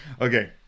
Okay